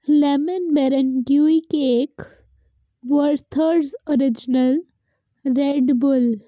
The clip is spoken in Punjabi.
lemon meringue cake Werther's original Red Bull